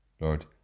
Lord